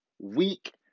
Weak